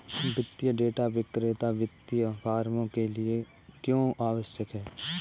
वित्तीय डेटा विक्रेता वित्तीय फर्मों के लिए क्यों आवश्यक है?